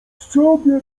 sobie